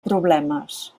problemes